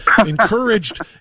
encouraged